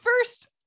first